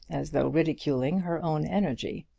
as though ridiculing her own energy.